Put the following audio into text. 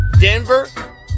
Denver